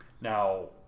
Now